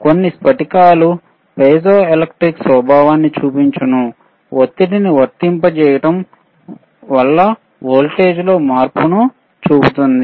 కొన్ని స్ఫటికాలు పైజోఎలెక్ట్రిక్ స్వభావాన్ని చూపించును ఒత్తిడిని వర్తింపజేయడం వల్ల వోల్టేజ్లో మార్పును చూపుతుంది